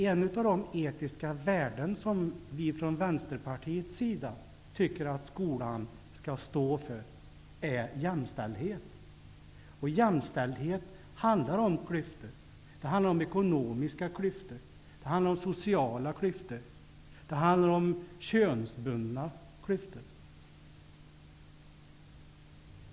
Jo, ett av de etiska värden som vi från Vänsterpartiets sida tycker att skolan skall stå för är jämställdhet. Jämställdhet handlar om att överbrygga klyftor -- ekonomiska klyftor, sociala klyftor och könsbundna klyftor.